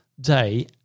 day